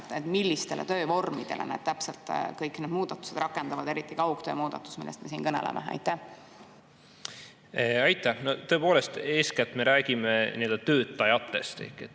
milliste töövormide suhtes täpselt kõik need muudatused rakenduvad, eriti kaugtöö muudatus, millest me siin kõneleme. Aitäh! Tõepoolest, eeskätt me räägime töötajatest,